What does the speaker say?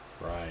right